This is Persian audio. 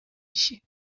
میشی